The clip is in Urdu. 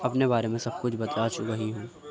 اپنے بارے میں سب کچھ بتا چکا ہی ہوں